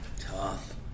Tough